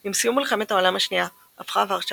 עם סיום מלחמת העולם השנייה הפכה ורשה